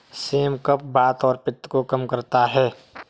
same कफ, वात और पित्त को कम करता है